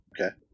Okay